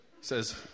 says